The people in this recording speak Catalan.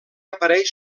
apareix